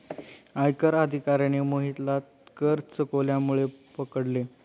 आयकर अधिकाऱ्याने मोहितला कर चुकवल्यामुळे पकडले